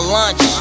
lunch